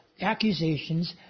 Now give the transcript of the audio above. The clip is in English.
accusations